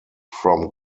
from